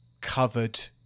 covered